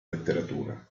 letteratura